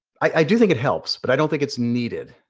i do think it helps. but i don't think it's needed.